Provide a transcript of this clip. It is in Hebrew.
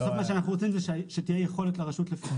בסוף מה שאנחנו רוצים זה שתהיה יכולת לרשות לפקח.